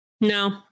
No